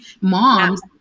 moms